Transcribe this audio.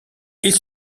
ils